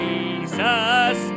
Jesus